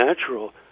natural